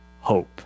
hope